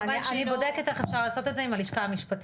חבל שאני לא -- אני בודקת איך אפשר לבדוק את זה עם הלשכה המשפטית.